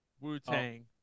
Wu-Tang